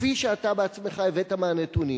כפי שאתה בעצמך הבאת מהנתונים.